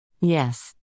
Yes